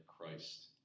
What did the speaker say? Christ